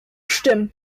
stimmen